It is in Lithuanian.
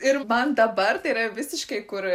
ir man dabar tai yra visiškai kur